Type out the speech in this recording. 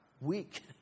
weak